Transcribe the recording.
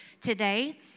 today